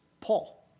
Paul